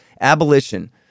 abolition